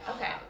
okay